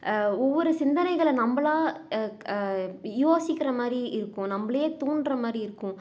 ஒவ்வொரு சிந்தனைகளை நம்மளா யோசிக்கிற மாதிரி இருக்கும் நம்மளையே தூண்டுற மாதிரி இருக்கும்